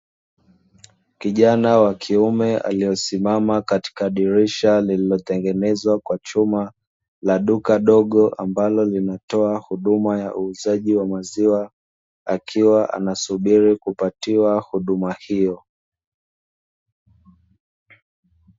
Kijana wa kiume aliyesimama katika dirisha lililotengenezwa kwa chuma, la duka dogo ambalo linatoa huduma ya uuzaji wa maziwa akiwa anasubiri kupatiwa huduma hiyo.